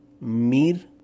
Mir